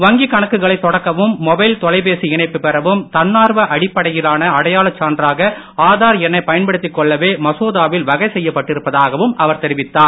வங்கிக் கணக்குகளை தொடக்கவும் மொபைல் தொலைபேசி இணைப்பு பெறவும் தன்னார்வ அடிப்படையிலான அடையாளச் சான்றாக ஆதார் எண்ணை பயன்படுத்தி கொள்ளவே மசோதாவில் வகை செய்யப்பட்டிருப்பதாகவும் அவர் தெரிவித்தார்